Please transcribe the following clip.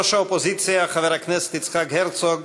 ראש האופוזיציה חבר הכנסת יצחק הרצוג,